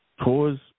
Cause